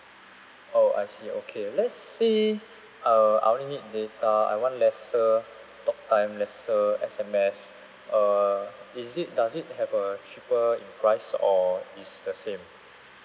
oh I see okay let's say uh I only need data I want lesser talk time lesser S_M_S err is it does it have a cheaper in price or it's the same